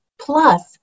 plus